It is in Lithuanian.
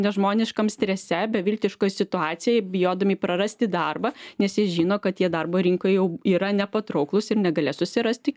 nežmoniškam strese beviltiškoj situacijoj bijodami prarasti darbą nes jie žino kad jie darbo rinkoj jau yra nepatrauklūs ir negalės susirasti